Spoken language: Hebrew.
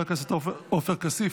חבר הכנסת עופר כסיף,